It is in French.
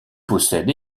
possède